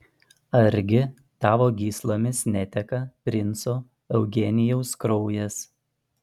argi tavo gyslomis neteka princo eugenijaus kraujas